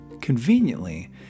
Conveniently